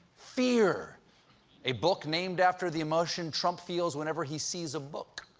fear a book named after the emotion trump feels whenever he sees a book.